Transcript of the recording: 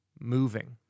moving